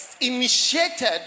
initiated